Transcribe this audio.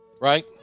right